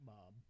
Bob